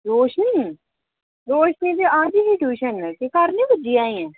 रोशनी रोशनी ते आई दी ट्यूशन बैसे घर नेईं पुज्जी अजें